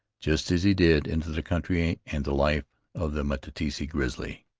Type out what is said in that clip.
just as he did into the country and the life of the meteetsee grizzly.